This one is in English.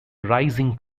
rising